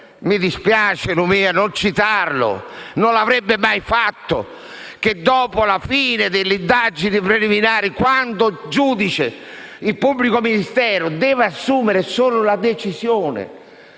Mi dispiace, Lumia, non citarlo. Non lo avrebbe mai fatto. Dopo la fine dell'indagine preliminare, quando il giudice, il pubblico Ministero, deve assumere solo la decisione